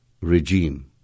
regime